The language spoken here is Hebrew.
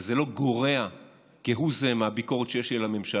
אבל זה לא גורע כהוא זה מהביקורת שיש לי על הממשלה,